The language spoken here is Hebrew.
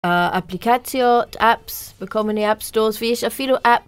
האפליקציות, apps, בכל מיני app stores, ויש אפילו apps.